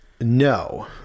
No